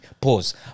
Pause